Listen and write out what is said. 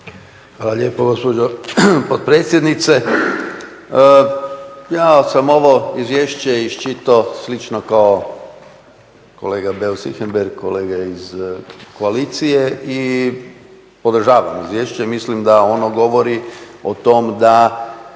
Hvala lijepo gospođo potpredsjednice. Ja sam ovo izvješće iščitao slično kao kolega Beus Richembergh, kolega iz koalicije i podržavam izvješće, mislim da ono govori o tome da